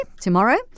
tomorrow